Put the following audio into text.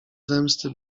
zemsty